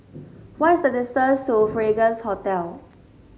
what is the distance to Fragrance Hotel